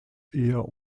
eher